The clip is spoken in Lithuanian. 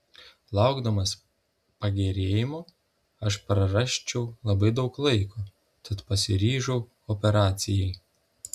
laukdamas pagerėjimo aš prarasčiau labai daug laiko tad pasiryžau operacijai